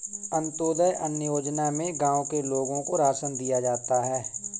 अंत्योदय अन्न योजना में गांव के लोगों को राशन दिया जाता है